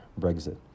Brexit